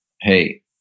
hey